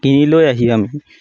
কিনি লৈ আহি আমি